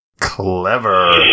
Clever